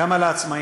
גם על העצמאים,